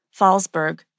Fallsburg